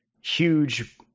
huge